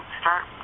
start